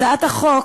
הצעת החוק